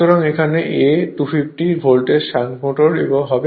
সুতরাং এখানে A 250 ভোল্টের শান্ট মোটরের হবে